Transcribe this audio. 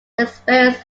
experience